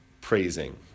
praising